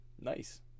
Nice